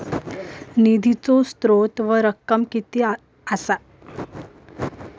निधीचो स्त्रोत व रक्कम कीती असा?